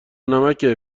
نمکه